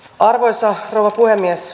arvoisa rouva puhemies